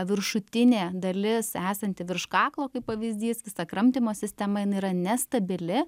viršutinė dalis esanti virš kaklo kaip pavyzdys visa kramtymo sistema jinai yra nestabili